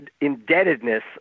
indebtedness